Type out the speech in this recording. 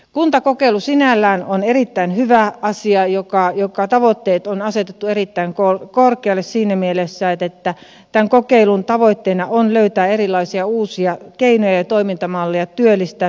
kuntakokeilu sinällään on erittäin hyvä asia jonka tavoitteet on asetettu erittäin korkealle siinä mielessä että tämän kokeilun tavoitteena on löytää erilaisia uusia keinoja ja toimintamalleja työllistää pitkäaikaistyöttömiä